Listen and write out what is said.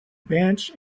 bench